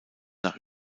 nach